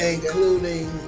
Including